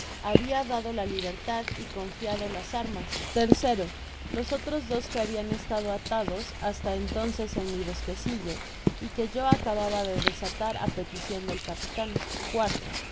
habia dado la libertad y confiado las armas los otros dos que habian estado atados hasta entonces en mi bosquecillo y que yo acababa de desatar á peticion del capitan